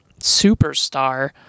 superstar